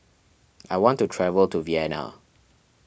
I want to travel to Vienna